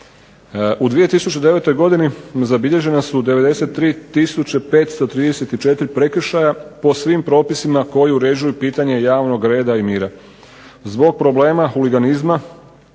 U 2009. godini zabilježena su 93534 prekršaja po svim propisima koji uređuju pitanje javnog reda i mira. Zbog problema huliganizma